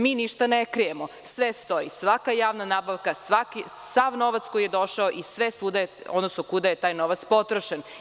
Mi ništa ne krijemo, sve stoji, svaka javna nabavka, sav novac koji je došao i gde je taj novac potrošen.